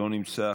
לא נמצא,